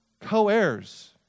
co-heirs